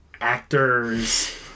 actors